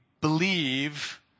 believe